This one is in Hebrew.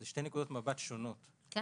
אלו שתי נקודות מבט שונות, בסדר?